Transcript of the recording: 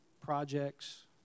projects